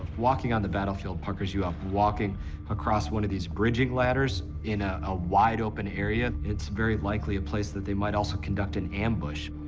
walking on the battlefield puckers you up. walking across one of these bridging ladders in ah a wide-open area, it's very likely a place that they might also conduct an ambush.